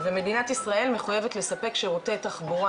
ומדינת ישראל מחויבת לספק שירותי תחבורה